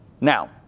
Now